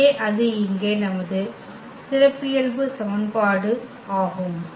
எனவே அது இங்கே நமது சிறப்பியல்பு சமன்பாடு ஆகும்